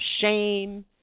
shame